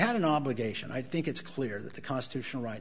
have an obligation i think it's clear that the constitutional right